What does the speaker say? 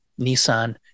Nissan